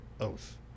oath